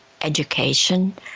education